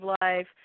life